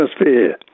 atmosphere